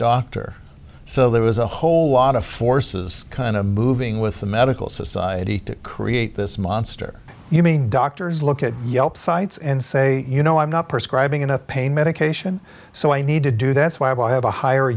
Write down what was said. doctor so there was a whole lot of forces kind of moving with the medical society to create this monster you mean doctors look at yelp sites and say you know i'm not prescribe enough pain medication so i need to do that's why i will have a higher